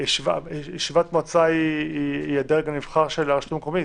ישיבת מועצה היא הדרג הנבחר של הרשות המקומית